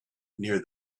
near